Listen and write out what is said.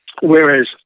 whereas